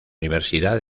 universidad